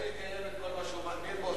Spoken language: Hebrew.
אם הוא יקיים את כל מה שהוא מאמין בו,